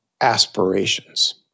aspirations